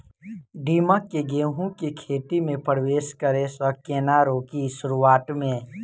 दीमक केँ गेंहूँ केँ खेती मे परवेश करै सँ केना रोकि शुरुआत में?